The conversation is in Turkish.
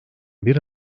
bir